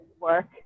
work